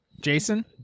Jason